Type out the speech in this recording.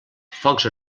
focs